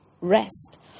rest